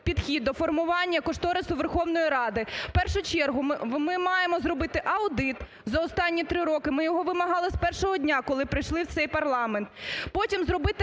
підхід до формування кошторису Верховної Ради. В першу чергу ми маємо зробити аудит за останні три роки, ми його вимагали з першого дня, коли прийшли в цей парламент. Потім зробити